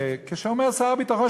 שר הביטחון,